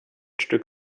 stück